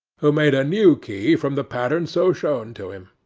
who made a new key from the pattern so shown to him.